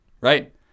right